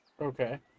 Okay